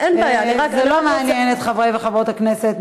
זה לא מעניין את חברי וחברות הכנסת,